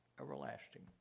everlasting